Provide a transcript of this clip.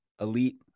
Elite